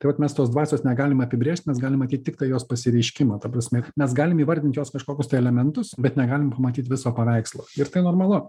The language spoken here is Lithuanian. tai vat mes tos dvasios negalim apibrėžt mes galim matyt tiktai jos pasireiškimą ta prasme mes galim įvardint jos kažkokius tai elementus bet negalim pamatyt viso paveikslo ir tai normalu